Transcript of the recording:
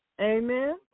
Amen